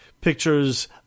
pictures